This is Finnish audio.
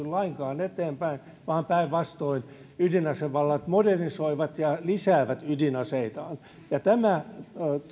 lainkaan eteenpäin vaan päinvastoin ydinasevallat modernisoivat ja lisäävät ydinaseitaan